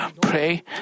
pray